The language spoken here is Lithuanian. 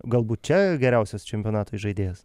galbūt čia geriausias čempionato įžaidėjas